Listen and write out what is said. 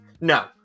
No